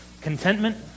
Contentment